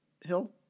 hill